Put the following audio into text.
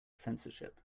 censorship